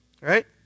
right